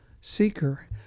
Seeker